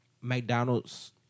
McDonald's